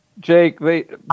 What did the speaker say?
Jake